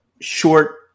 short